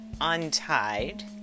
untied